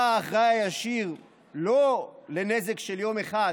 אתה האחראי הישיר לא לנזק של יום אחד